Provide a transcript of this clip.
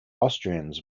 austrians